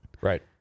Right